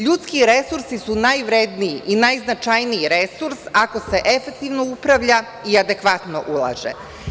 LJudski resursi su najvredniji i najznačajniji resurs ako se efektivno upravlja i adekvatno ulaže.